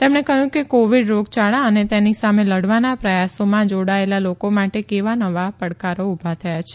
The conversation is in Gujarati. તેમણે કહ્યું કે કોવિડ રોગયાળા અને તેની સામે લડવાના પ્રયાસોમાં જોડાયેલા લોકો માતે કેવા નવા પડકારો ઉભા થયા છે